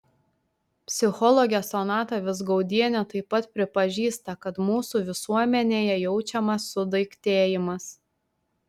psichologė sonata vizgaudienė taip pat pripažįsta kad mūsų visuomenėje jaučiamas sudaiktėjimas